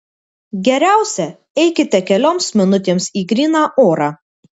geriausia eikite kelioms minutėms į gryną orą